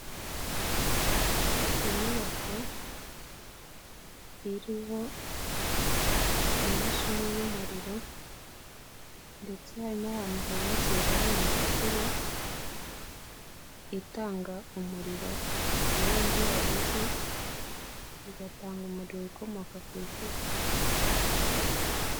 Inyubako iriho imashini y'umuriro, ndetse n'ahantu hubakiye hari imirasire itanga umuriro, iyo undi wabuze, igatanga umuriro ukomoka ku izubako.